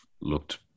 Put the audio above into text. looked